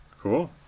Cool